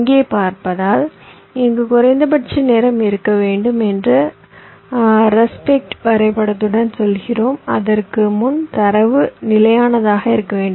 இங்கே பார்ப்பதால் இங்கு குறைந்தபட்ச நேரம் இருக்க வேண்டும் என்று ரெஸ்பெக்ட் வரைபடத்துடன் சொல்கிறோம் அதற்கு முன் தரவு நிலையானதாக இருக்க வேண்டும்